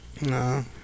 No